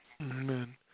Amen